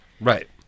Right